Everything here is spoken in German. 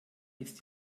ist